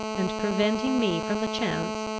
and preventing me from the chance,